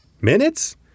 Minutes